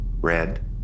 Red